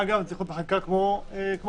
אגב, זה צריך להיות בחקיקה כמו כולם,